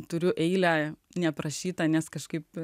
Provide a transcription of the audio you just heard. turiu eilę neprašyta nes kažkaip